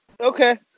Okay